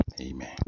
amen